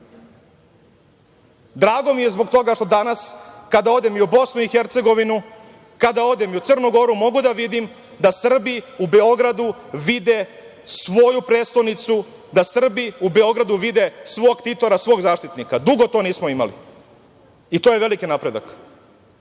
mi je zbog toga što danas kada odem i u BiH, kada odem i u Crnu Goru, mogu da vidim da Srbi u Beogradu vide svoju prestonicu, da Srbi u Beogradu vide svog ktitora, svog zaštitnika. Dugo to nismo imali. To je veliki napredak. Kada